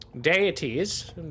deities